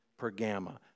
Pergamum